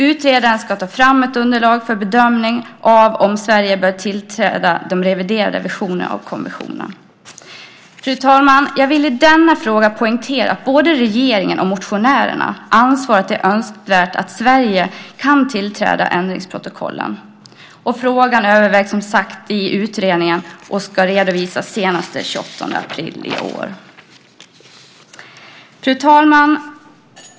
Utredaren ska ta fram ett underlag för bedömning av om Sverige bör tillträda de reviderade versionerna av konventionerna. Fru talman! Jag vill i denna fråga poängtera att både regeringen och motionärerna anser att det är önskvärt att Sverige kan tillträda ändringsprotokollen. Frågan övervägs som sagt i utredningen och ska redovisas senast den 28 april i år. Fru talman!